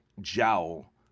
jowl